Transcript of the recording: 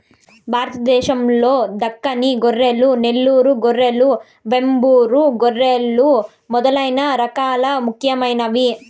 భారతదేశం లో దక్కని గొర్రెలు, నెల్లూరు గొర్రెలు, వెంబూరు గొర్రెలు మొదలైన రకాలు ముఖ్యమైనవి